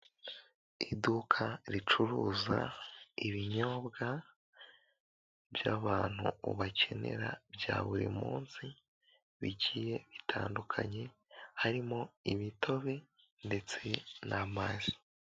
Iduka ricuruza ibinyobwa by'abantu bakenera bya buri munsi, bigiye bitandukanye, harimo imitobe ndetse n'amazi.